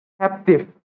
captive